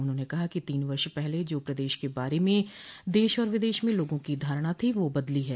उन्होंने कहा कि तीन वर्ष पहले जो प्रदेश के बारे में देश और विदेश में लोगों की धारणा थी वह बदली है